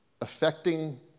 affecting